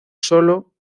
solo